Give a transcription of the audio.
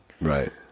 right